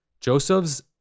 Joseph's